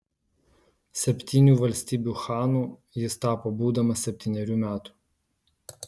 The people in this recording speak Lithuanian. septynių valstybių chanu jis tapo būdamas septynerių metų